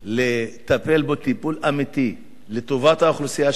לטפל בו טיפול אמיתי לטובת האוכלוסייה שלנו,